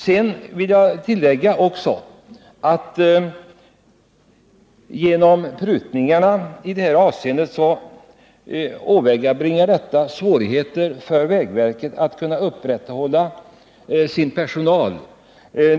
Sedan vill jag tillägga att de prutningar som görs på detta område skapar svårigheter för vägverket att behålla sin personal.